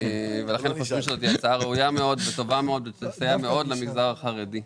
חושבים שזאת הצעה ראויה מאוד וטובה מאוד ותסייע מאוד למגזר החרדי.